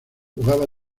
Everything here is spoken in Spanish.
jugaba